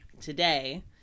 today